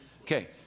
Okay